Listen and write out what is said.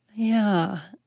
yeah.